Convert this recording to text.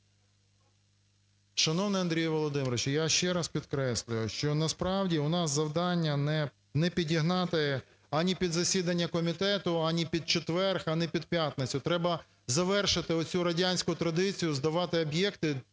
Шановний Андрію Володимировичу, я ще раз підкреслюю, що насправді у нас завдання не підігнати, а ні під засідання комітету, а ні під четвер, а ні під п'ятницю, треба завершити оцю радянську традицію - здавати об'єкти